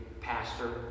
pastor